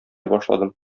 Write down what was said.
башладым